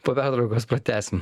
po pertraukos pratęsim